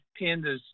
pandas